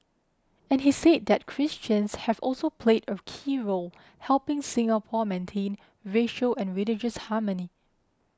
and he say that Christians have also played a key role helping Singapore maintain racial and religious harmony